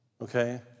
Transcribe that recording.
Okay